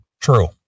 True